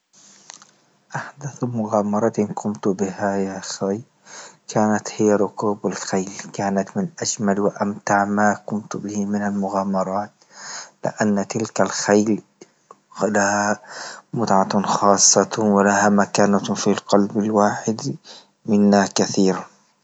أحدث مغامرة قمت بها يا أخي، كانت هي ركوب الخيل، كانت من أجمل وأمتع ما كنت به من المغامرات، لآن تلك خيل متعة خاصة ولها مكانة في القلب الواحد، منا كثير